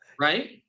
Right